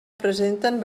presenten